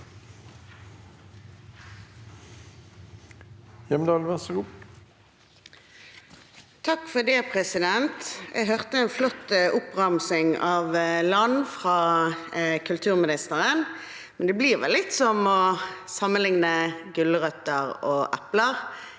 (FrP) Jeg hørte en flott oppramsing av land fra kulturministeren, men det blir vel litt som å sammenligne gulrøtter og epler,